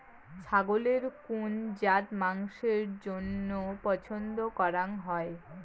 ছাগলের কুন জাত মাংসের জইন্য পছন্দ করাং হই?